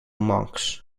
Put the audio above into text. monks